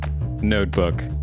notebook